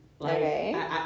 Okay